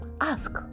Ask